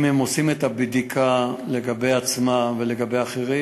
אם הם עושים את הבדיקה לגבי עצמם ולגבי אחרים?